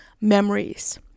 memories